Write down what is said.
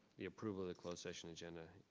the approval the closed session agenda.